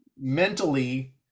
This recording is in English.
mentally